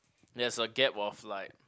it has a gap of like